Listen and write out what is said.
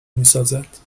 میسازد